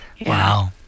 Wow